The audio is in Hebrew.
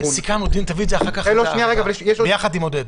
אנחנו נותנים להם את הסמכות, אל תיתן להם עצות.